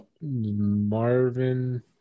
marvin